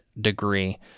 degree